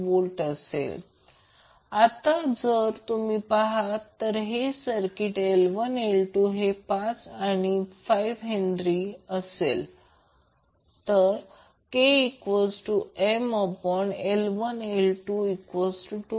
आता जर तुम्ही पहा तर हे सर्किट L1 L2 हे 5 आणि 4 हेंद्री तर हे बनेल kML1L22